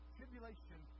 Tribulation